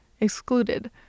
excluded